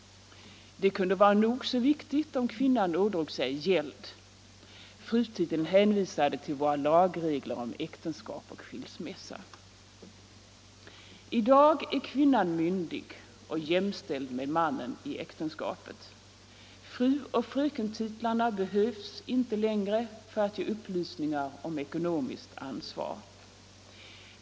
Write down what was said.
Det kunde vara nog så viktigt om kvinnan ådrog sig gäld. Frutiteln hänvisade till våra lagregler om äktenskap och skilsmässa. I dag är kvinnan myndig och jämställd med mannen i äktenskapet. Fruoch frökentitlarna behövs inte längre för att ge upplysningar om ekonomiskt ansvar.